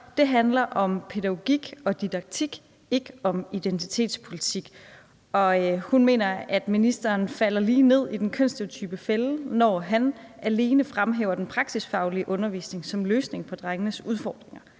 det handler om pædagogik og didaktik, ikke om identitetspolitik. Og hun mener, at ministeren falder lige ned i den kønsstereotype fælde, når han alene fremhæver den praktiskfaglige undervisning som løsning på drengenes udfordringer.